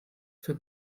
für